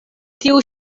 tiu